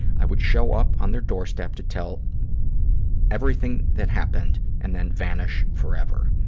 i would show up on their doorstep to tell everything that happened and then vanish forever.